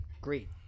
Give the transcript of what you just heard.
Great